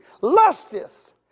lusteth